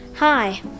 Hi